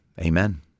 Amen